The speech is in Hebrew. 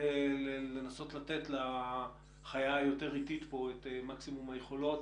לתת לחיה היותר איטית את מקסימום היכולות